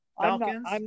Falcons